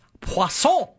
Poisson